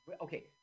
Okay